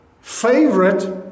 favorite